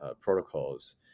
protocols